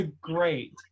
Great